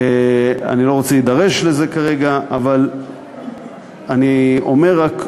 אני לא רוצה להידרש לזה כרגע, אבל אני אומר רק: